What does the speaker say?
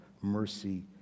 mercy